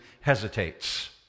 hesitates